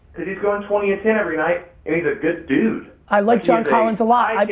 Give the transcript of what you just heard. he's going twenty and ten every night and he's a good dude. i like john collins a lot.